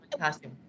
Costume